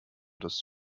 das